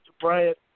Bryant